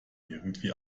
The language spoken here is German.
irgendwie